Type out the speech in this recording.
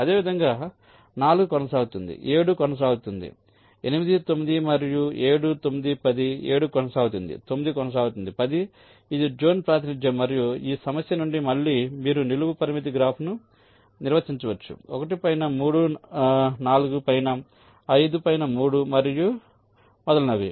అదేవిధంగా 4 కొనసాగుతుంది 7 కొనసాగుతుంది 8 9 మరియు 7 9 10 7 కొనసాగుతుంది 9 కొనసాగుతుంది 10 ఇది జోన్ ప్రాతినిధ్యం మరియు ఈ సమస్య నుండి మళ్ళీ మీరు నిలువు పరిమితి గ్రాఫ్ను నిర్వచించవచ్చు 1 పైన 3 4 పైన 5 5 పైన 3 మరియు మొదలైనవి